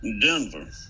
Denver